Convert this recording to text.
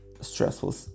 stressful